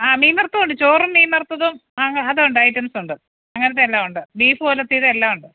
ആ മീൻവറുത്തതുണ്ട് ചോറും മീൻ വറുത്തതും അങ്ങനെ അതുണ്ട് ഐറ്റംസുണ്ട് അങ്ങനത്തെ എല്ലാമുണ്ട് ബീഫ് ഒലത്തിയത് എല്ലാമുണ്ട്